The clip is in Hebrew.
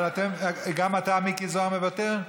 אבל גם אתה, מיקי זוהר, מוותר?